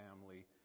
family